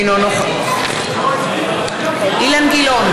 אינו נוכח אילן גילאון,